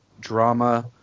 drama